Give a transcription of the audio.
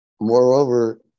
Moreover